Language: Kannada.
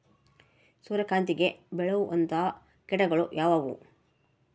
ಸೂರ್ಯಕಾಂತಿಗೆ ಬೇಳುವಂತಹ ಕೇಟಗಳು ಯಾವ್ಯಾವು?